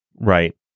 Right